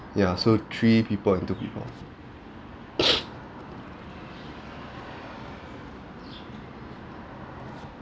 ya so three people and two people